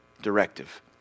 directive